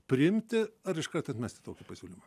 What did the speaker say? priimti ar iškart atmesti tokį pasiūlymą